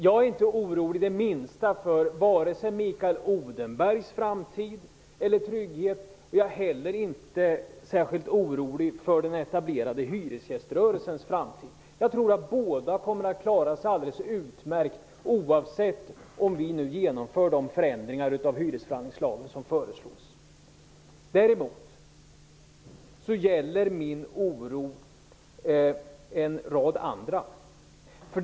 Jag är inte det minsta orolig för Mikael Odenbergs framtid och trygghet. Jag är inte heller särskilt orolig för den etablerade hyresgäströrelsens framtid. Jag tror att båda kommer att klara sig alldeles utmärkt oavsett om vi nu genomför de förändringar av hyresförhandlingslagen som föreslås eller inte. Däremot gäller min oro en rad andra människor.